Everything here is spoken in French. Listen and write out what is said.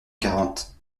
quarante